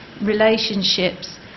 relationships